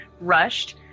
rushed